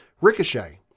Ricochet